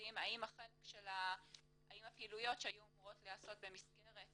האם הפעילויות שהיו אמורות להיעשות במסגרת